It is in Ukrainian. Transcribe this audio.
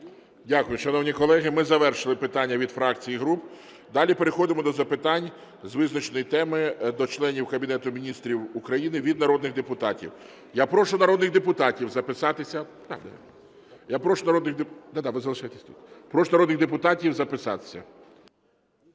Дякую. Шановні колеги, ми завершили питання від фракцій і груп. Далі переходимо до запитань з визначеної теми до членів Кабінету Міністрів України від народних депутатів. Я прошу народних депутатів записатися.